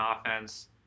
offense